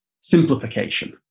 simplification